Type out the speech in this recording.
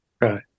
right